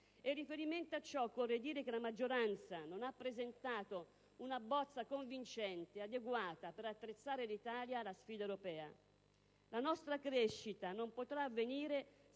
in riferimento a ciò, occorre dire che la maggioranza non ha presentato una bozza convincente, adeguata per attrezzare l'Italia alla sfida europea. La nostra crescita non potrà avvenire